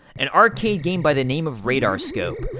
an arcade game by the name of radarscope.